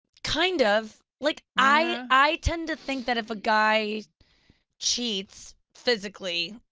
kind of. like i tend to think that if a guy cheats, physically,